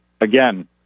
Again